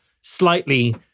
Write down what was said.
slightly